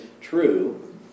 true